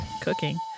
cooking